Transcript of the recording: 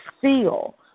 seal